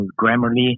Grammarly